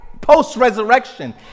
post-resurrection